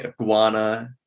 iguana